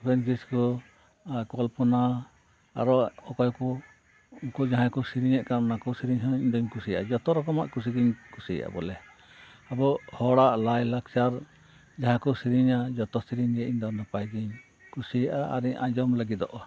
ᱩᱯᱮᱱ ᱠᱤᱥᱠᱩ ᱟᱨ ᱠᱚᱞᱯᱚᱱᱟ ᱟᱨ ᱚᱠᱚᱭ ᱠᱚ ᱩᱱᱠᱩ ᱡᱟᱦᱟᱸ ᱠᱚ ᱥᱮᱨᱮᱧ ᱮᱫ ᱠᱟᱱ ᱚᱱᱟ ᱠᱚ ᱥᱮᱨᱮᱧ ᱮᱫ ᱠᱟᱱ ᱚᱱᱟ ᱠᱚ ᱥᱮᱨᱮᱧ ᱦᱚᱧ ᱠᱩᱥᱤᱭᱟᱜ ᱜᱮᱭᱟ ᱡᱚᱛᱚ ᱨᱚᱠᱚᱢᱟᱜ ᱠᱩᱥᱤ ᱜᱤᱧ ᱠᱩᱥᱤᱭᱟᱜᱼᱟ ᱵᱚᱞᱮ ᱟᱵᱚ ᱦᱟᱲᱟᱜ ᱞᱟᱭᱞᱟᱠᱪᱟᱨ ᱡᱟᱦᱟᱸᱠᱚ ᱥᱮᱨᱮᱧᱟ ᱡᱚᱛᱚ ᱥᱮᱨᱮᱧ ᱜᱮ ᱤᱧ ᱫᱚ ᱱᱟᱯᱟᱭ ᱜᱤᱧ ᱠᱩᱥᱤᱭᱟᱜᱼᱟ ᱟᱨᱤᱧ ᱟᱡᱚᱢ ᱞᱟᱹᱜᱤᱫᱚᱜᱼᱟ